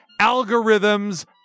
algorithms